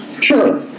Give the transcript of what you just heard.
sure